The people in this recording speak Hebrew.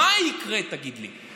מה יקרה, תגיד לי?